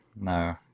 no